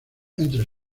entre